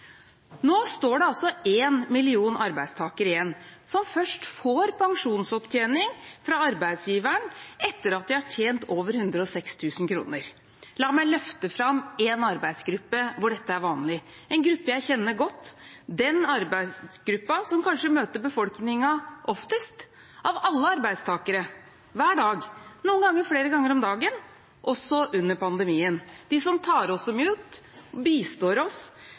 Nå står det igjen én million arbeidstakere som først får pensjonsopptjening fra arbeidsgiveren etter at man har tjent 106 000 kr. La meg løfte fram en arbeidsgruppe der dette er vanlig. Det er en gruppe jeg kjenner godt, og det er den arbeidsgruppen som kanskje møter befolkningen oftest av alle arbeidstakere, hver dag, noen ganger flere ganger om dagen, også under pandemien. Det er de som tar oss imot, bistår oss